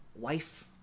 wife